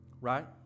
right